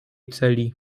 celi